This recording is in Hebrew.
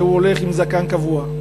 שהוא הולך עם זקן קבוע.